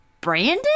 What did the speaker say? Brandon